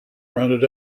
rounded